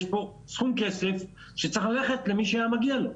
יש פה סכום כסף שצריך ללכת למי שמגיע לו.